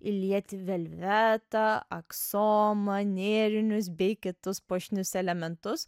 įlieti velvetą aksomą nėrinius bei kitus puošnius elementus